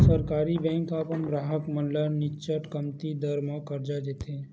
सहकारी बेंक ह अपन गराहक मन ल निच्चट कमती दर म करजा देथे